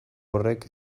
horrek